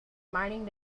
mining